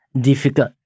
difficult